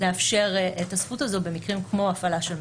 לאפשר את הזכות הזאת במקרים כמו הפללה של מדובבים.